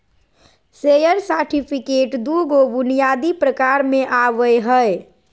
share certificate दू गो बुनियादी प्रकार में आवय हइ